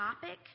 topic